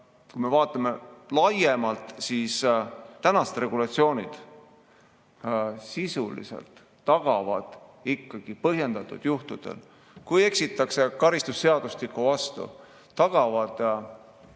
kui me vaatame laiemalt, siis tänased regulatsioonid sisuliselt ikkagi põhjendatud juhtudel, kui eksitakse karistusseadustiku vastu, tagavad